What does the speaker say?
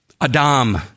Adam